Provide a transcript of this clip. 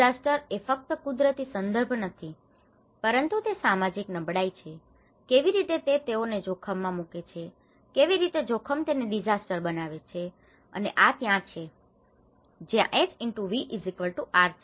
disaster એ ફક્ત કુદરતી સંદર્ભ નથી પરંતુ તે સામાજીક નબળાઈ છે કેવી રીતે તે તેઓને જોખમ માં મૂકે છે કેવી રીતે જોખમ તેને ડિઝાસ્ટર બનાવે છે અને આ ત્યાં છે જ્યાં H × V R છે